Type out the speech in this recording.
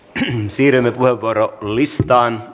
siirrymme puheenvuorolistaan